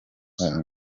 watera